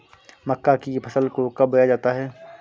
मक्का की फसल को कब बोया जाता है?